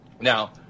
Now